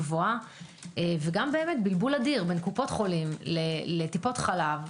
וגם בלבול אדיר בין קופות חולים לטיפות חלב.